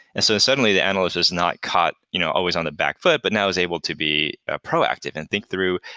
and so suddenly the analyst is not caught you know always on the back foot, but now is able to be proactive and think through,